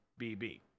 BB